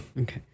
Okay